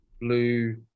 blue